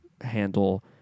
handle